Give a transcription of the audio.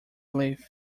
relief